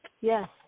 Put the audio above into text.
Yes